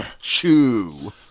chew